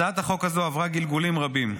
הצעת החוק הזו עברה גלגולים רבים.